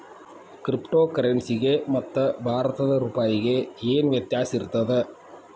Crypto ಕರೆನ್ಸಿಗೆ ಮತ್ತ ಭಾರತದ್ ರೂಪಾಯಿಗೆ ಏನ್ ವ್ಯತ್ಯಾಸಿರ್ತದ?